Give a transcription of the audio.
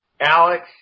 Alex